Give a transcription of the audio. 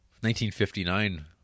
1959